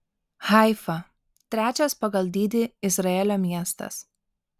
haifa trečias pagal dydį izraelio miestas